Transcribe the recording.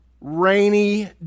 rainy